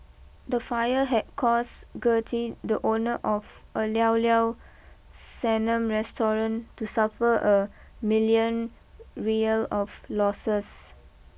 the fire had caused Gertie the owner of a Liao Liao Sanum restaurant to suffer a million Riyal of losses